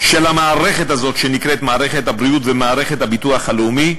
של המערכת הזאת שנקראת מערכת הבריאות ומערכת הביטוח הלאומי,